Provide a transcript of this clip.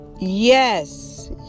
Yes